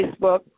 Facebook